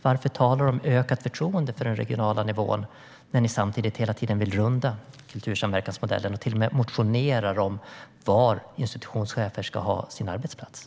Varför tala om ökat förtroende för den regionala nivån när ni samtidigt hela tiden vill runda kultursamverkansmodellen och till och med motionerar om var institutionschefer ska ha sina arbetsplatser?